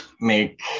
make